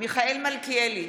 מיכאל מלכיאלי,